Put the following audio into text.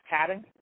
padding